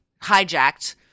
hijacked